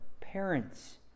parents